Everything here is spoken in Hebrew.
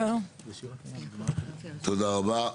תודה רבה.